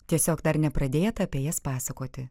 tiesiog dar nepradėta apie jas pasakoti